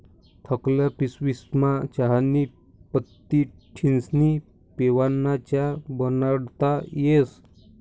धाकल्ल्या पिशवीस्मा चहानी पत्ती ठिस्नी पेवाना च्या बनाडता येस